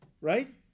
right